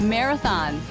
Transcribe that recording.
Marathon